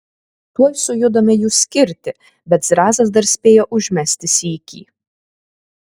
tuoj sujudome jų skirti bet zrazas dar spėjo užmesti sykį